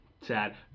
sad